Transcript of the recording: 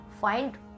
find